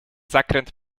zakręt